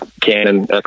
Canon